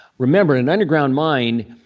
remember, in an underground mine,